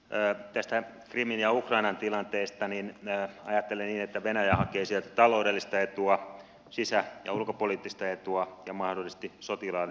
tästä krimin ja ukrainan tilanteesta ajattelen niin että venäjä hakee sieltä taloudellista etua sisä ja ulkopoliittista etua ja mahdollisesti sotilaallista etua